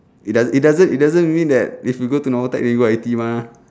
it does it doesn't it doesn't mean that if you go to normal tech you go I_T_E mah